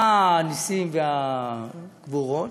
מה הנסים והגבורות?